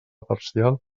parcial